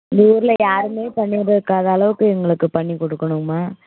இந்த ஊரில் யாருமே பண்ணிருக்காத அளவுக்கு எங்களுக்குப் பண்ணிக் கொடுக்கணும்மா